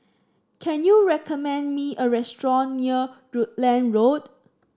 can you recommend me a restaurant near Rutland Road